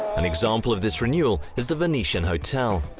an example of this renewal is the venetian hotel.